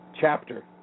chapter